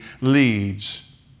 leads